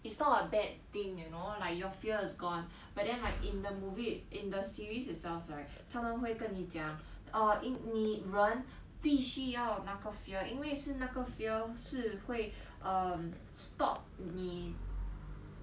it's not a bad thing you know like your fear is gone but then like in the movie it~ in the series itself right 他们会跟你讲 oh 你人必须要那个 fear 因为是那个 fear 是会 um stop 你